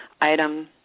Item